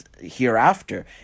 hereafter